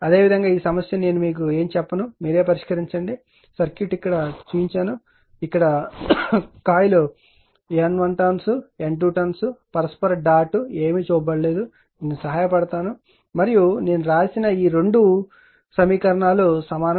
అదేవిధంగా ఈ సమస్య నేను మీకు ఏమీ చెప్పను మీరే పరిష్కరించండి సర్క్యూట్ ఇక్కడ చూపబడింది ఇక్కడ coil N turns N1 turns N2 turns పరస్పర డాట్ ఏమీ చూపబడలేదు నేను సహాయపడతాను మరియు నేను వ్రాసిన ఈ రెండు సమీకరణాలు సమానం